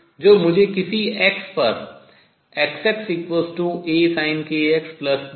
और boundary conditions सीमा प्रतिबंधों शर्तें क्या हैं